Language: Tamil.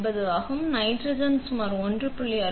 9 ஆகும் நைட்ரஜன் சுமார் 1